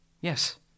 Yes